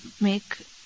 make